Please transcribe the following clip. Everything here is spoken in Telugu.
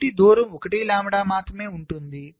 కాబట్టి దూరం 1 లాంబ్డా మాత్రమే ఉంటుంది